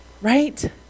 right